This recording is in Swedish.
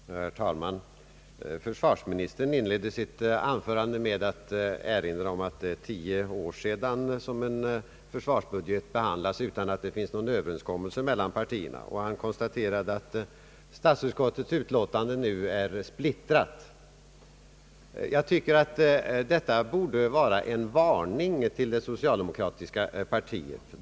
Herr talman! Försvarsministern inledde sitt anförande med att erinra om att det är tio år sedan en försvarsbudget behandlades utan att det finns någon överenskommelse mellan partierna, och han konstaterade att statsutskottet nu är splittrat. Jag tycker att detta borde vara en varning till det socialdemokratiska partiet.